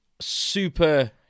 Super